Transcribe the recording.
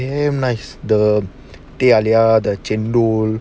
damn nice the teh halia the chendol